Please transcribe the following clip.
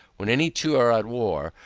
when any two are at war,